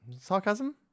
sarcasm